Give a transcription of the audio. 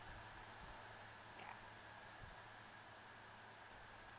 ya